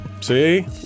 see